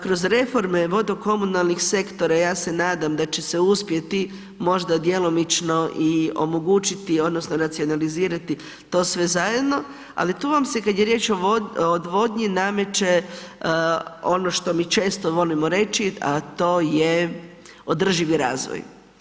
Kroz reforme vodo komunalnih sektora, ja se nadam da će se uspjeti možda djelomično i omogućiti odnosno racionalizirati to sve zajedno, ali tu vas se kad je riječ o odvodnji nameće ono što mi često volimo reći, a to je održivi razvoj.